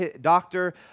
doctor